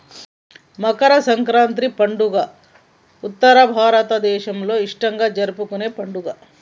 మకర సంక్రాతి పండుగ ఉత్తర భారతదేసంలో ఇష్టంగా జరుపుకునే పండుగ